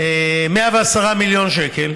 110 מיליון שקל